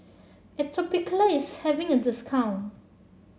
Atopiclair is having a discount